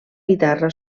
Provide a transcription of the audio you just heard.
guitarra